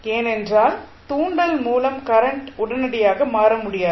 ஏனென்றால் இண்டக்டர் மூலம் கரண்ட் உடனடியாக மாற முடியாது